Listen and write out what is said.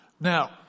Now